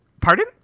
Pardon